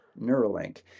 Neuralink